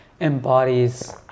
embodies